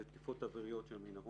וזה תקיפות אוויריות של המנהרות.